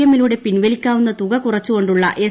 M ലൂടെ പിൻവലിക്കാവുന്ന തുക കുറച്ചുകൊണ്ടുള്ള ് എസ്